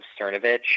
Cernovich